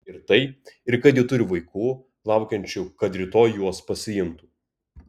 ir tai ir kad ji turi vaikų laukiančių kad rytoj juos pasiimtų